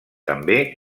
també